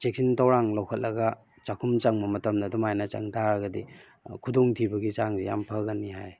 ꯆꯦꯛꯁꯤꯟ ꯊꯧꯔꯥꯡ ꯂꯧꯈꯠꯂꯒ ꯆꯥꯛꯈꯨꯝ ꯆꯪꯕ ꯃꯇꯝꯗ ꯑꯗꯨꯃꯥꯏꯅ ꯆꯪ ꯇꯥꯔꯒꯗꯤ ꯈꯨꯗꯣꯡꯊꯤꯕꯒꯤ ꯆꯥꯡꯁꯤ ꯌꯥꯝ ꯐꯒꯅꯤ ꯍꯥꯏ